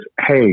hey